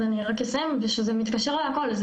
אז אני רק אסיים בזה שזה מתקשר להכול.